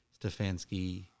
Stefanski